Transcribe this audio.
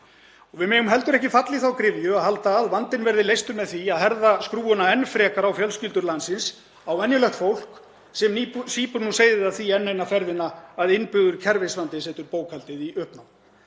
Við megum heldur ekki falla í þá gryfju að halda að vandinn verði leystur með því að herða skrúfurnar enn frekar á fjölskyldur landsins, á venjulegt fólk sem sýpur nú seyðið af því enn eina ferðina að innbyggður kerfisvandi setur bókhaldið í uppnám.